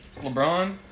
LeBron